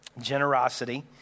Generosity